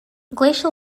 glacial